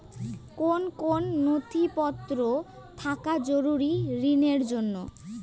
কোন কোন নথিপত্র থাকা জরুরি ঋণের জন্য?